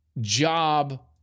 job